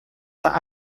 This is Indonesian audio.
tak